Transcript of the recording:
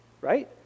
right